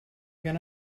can